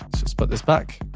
just put this back.